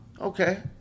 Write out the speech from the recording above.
Okay